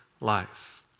life